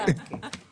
הוזמנתם לדיון.